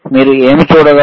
మీరు ఏమి చూడగలరు